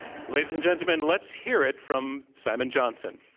ladies and gentlemen, let's hear it from simon johnson.